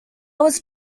was